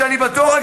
ואני בטוח,